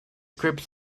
groups